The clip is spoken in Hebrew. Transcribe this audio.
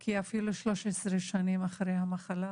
כי אפילו 13 שנים אחרי המחלה